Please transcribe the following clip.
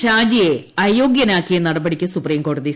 ഷാജിയെ അയോഗ്യനാക്കിയ നടപടിക്ക് സുപ്രീംകോടതി സ്റ്റേ